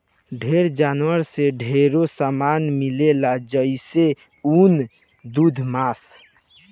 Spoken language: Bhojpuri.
ढेर जानवर से ढेरे सामान मिलेला जइसे ऊन, दूध मांस